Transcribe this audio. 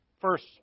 first